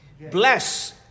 Bless